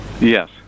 Yes